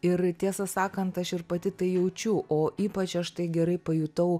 ir tiesą sakant aš ir pati tai jaučiu o ypač aš tai gerai pajutau